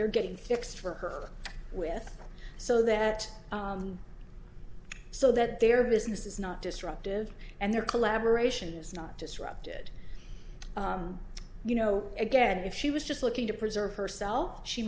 they're getting fixed for her with so that so that their business is not disruptive and their collaboration is not disrupted you know again if she was just looking to preserve her cell she